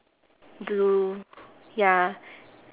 blue ya